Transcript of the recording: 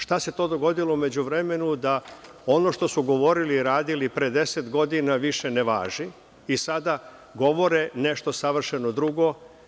Šta se to dogodilo u međuvremenu da ono što su govorili i radili pre 10 godina više ne važi i sada govore nešto savršeno drugo?